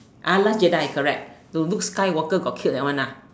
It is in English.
ah last Jedi correct the Luke-Skywalker got killed that one ah